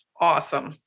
awesome